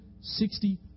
sixty